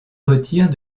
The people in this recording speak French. retire